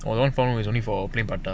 one for one is only for plain prata ah